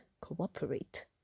cooperate